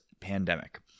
pandemic